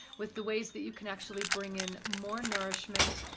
with the ways that you can actually bring in more nourishment,